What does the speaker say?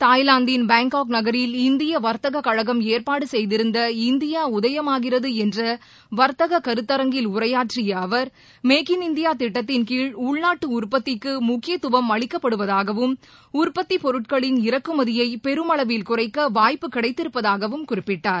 தாய்லாந்தின் பேங்காக் நகரில் இந்திய வர்த்தக கழகம் ஏற்பாடு செய்திருந்த இந்தியா உதயமாகிறது என்ற வர்த்தக கருத்தரங்கில் உரையாற்றிய அவர் மேக் இன் இந்தியா திட்டத்தின்கீழ் உள்நாட்டு உற்பத்திக்கு முக்கியத்துவம் அளிக்கப்படுவதாகவும் உற்பத்தி பொருட்களின் இறக்குமதியை பெருமளவில் குறைக்க வாய்ப்பு கிடைத்திருப்பதாகவும் குறிப்பிட்டார்